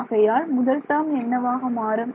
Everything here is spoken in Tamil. ஆகையால் முதல் டேர்ம் என்னவாக மாறும்